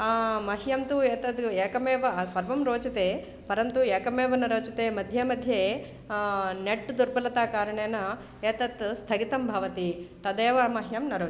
मह्यं तु एतत् एकमेव सर्वं रोचते परन्तु एकमेव न रोचते मध्ये मध्ये नेट् दुर्बलता कारणेन एतत् स्थगितं भवति तदेव मह्यं न रोचते